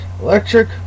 Electric